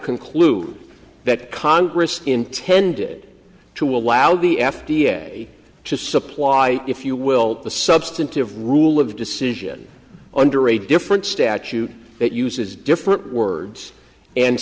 conclude that congress intended to allow the f d a to supply if you will the substantive rule of decision under a different statute that uses different words and